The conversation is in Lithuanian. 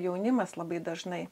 jaunimas labai dažnai